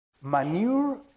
Manure